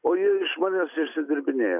o jie iš manęs išsidirbinėja